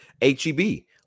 H-E-B